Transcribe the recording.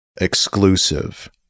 exclusive